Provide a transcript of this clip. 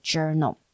Journal